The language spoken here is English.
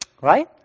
right